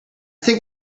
think